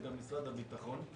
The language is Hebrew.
זה גם משרד הביטחון.